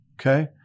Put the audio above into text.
Okay